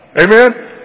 Amen